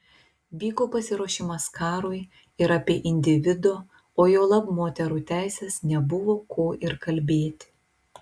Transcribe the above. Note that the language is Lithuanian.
vyko pasiruošimas karui ir apie individo o juolab moterų teises nebuvo ko ir kalbėti